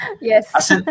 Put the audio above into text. Yes